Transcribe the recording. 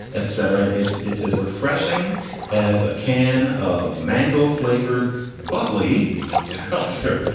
etc. it's it's as refreshing as a can of mango flavored bubbly seltzer.